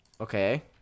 Okay